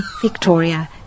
Victoria